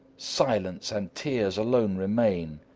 silence and tears alone remain,